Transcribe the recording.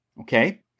Okay